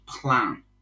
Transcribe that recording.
plan